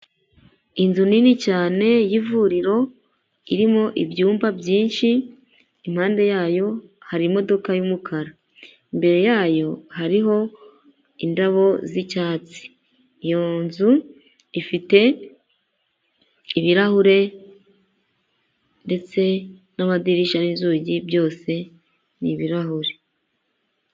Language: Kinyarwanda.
Inzu nini cyane y'ivuriro irimo ibyumba byinshi, impande yayo hari imodoka y'umukara, imbere yayo hariho indabo z'icyatsi, iyo nzu ifite ibirahure ndetse n'amadirishya n'inzugi, byose ni ibirahure.